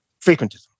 frequentism